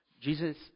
Jesus